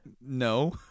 No